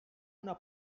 una